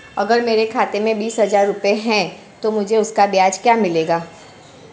अगर मेरे खाते में बीस हज़ार रुपये हैं तो मुझे उसका ब्याज क्या मिलेगा?